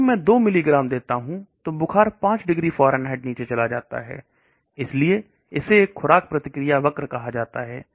अगर मैं 2 मिलीग्राम दबा देता हूं तो बुखार 5 डिग्री फारेनहाइट नीचे चला जाता है इसलिए इसे एक खुराक प्रतिक्रिया वक्र कहा जाता है